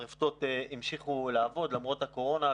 הרפתות המשיכו לעבוד למרות הקורונה,